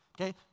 Okay